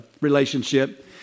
relationship